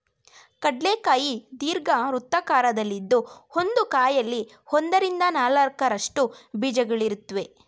ಕಡ್ಲೆ ಕಾಯಿ ದೀರ್ಘವೃತ್ತಾಕಾರದಲ್ಲಿದ್ದು ಒಂದು ಕಾಯಲ್ಲಿ ಒಂದರಿಂದ ನಾಲ್ಕರಷ್ಟು ಬೀಜಗಳಿರುತ್ವೆ